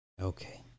Okay